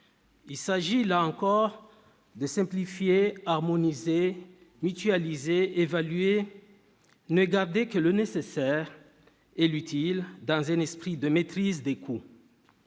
Il s'agit, là encore, de simplifier, d'harmoniser, de mutualiser, d'évaluer, de ne garder que le nécessaire et l'utile, dans un esprit de maîtrise des coûts.